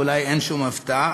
ואולי אין שום הפתעה,